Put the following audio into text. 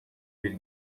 bir